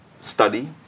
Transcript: study